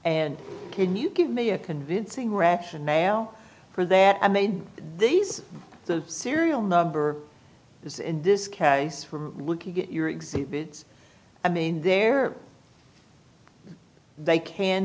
and can you give me a convincing rationale for that i mean these are the serial number is in this case from looking at your exhibits i mean they're they can